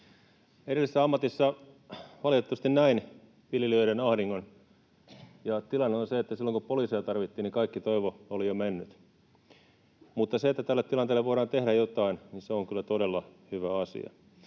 Edellisessä ammatissa valitettavasti näin viljelijöiden ahdingon. Tilanne on se, että silloin kun poliisia tarvittiin, niin kaikki toivo oli jo mennyt. Mutta se, että tälle tilanteelle voidaan tehdä jotain, on kyllä todella hyvä asia.